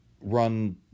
run